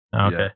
Okay